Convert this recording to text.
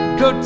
go